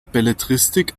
belletristik